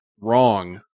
wrong